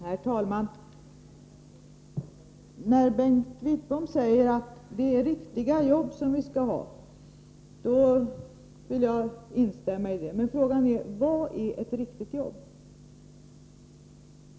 Herr talman! När Bengt Wittbom säger att det är riktiga jobb som vi skall ha, då vill jag instämma i det. Men frågan är: Vad är riktiga jobb?